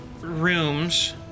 rooms